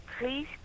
Please